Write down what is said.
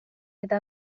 eta